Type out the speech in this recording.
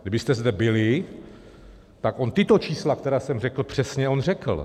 Kdybyste zde byli, tak on tato čísla, která jsem řekl, přesně řekl.